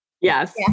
Yes